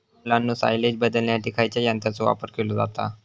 मुलांनो सायलेज बदलण्यासाठी खयच्या यंत्राचो वापर केलो जाता?